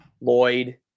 Lloyd